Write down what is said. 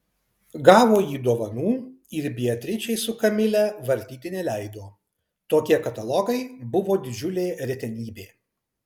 gavo jį dovanų ir beatričei su kamile vartyti neleido tokie katalogai buvo didžiulė retenybė